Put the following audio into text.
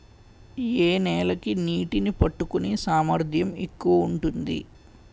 ఏ నేల కి నీటినీ పట్టుకునే సామర్థ్యం ఎక్కువ ఉంటుంది?